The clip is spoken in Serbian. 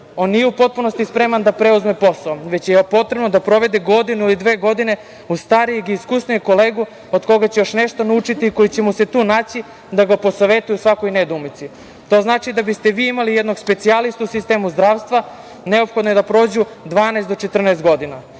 on nije u potpunosti spreman da preuzme posao, već je potrebno da provede godinu ili dve godine uz starijeg i iskusnijeg kolegu od koga će još nešto naučiti i koji će mu se tu naći da ga posavetuje u svakoj nedoumici. To znači da bi ste vi imali jednog specijalistu u sistemu zdravstva neophodno je da prođu 12 do 14 godina